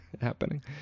happening